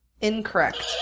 Incorrect